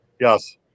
Yes